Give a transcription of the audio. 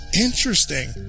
interesting